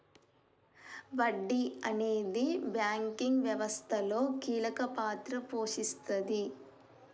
వడ్డీ అనేది బ్యాంకింగ్ వ్యవస్థలో కీలక పాత్ర పోషిస్తాది